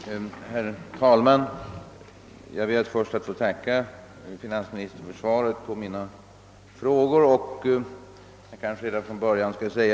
Herr talman! Jag ber först att få tacka finansministern för svaret på min interpellation.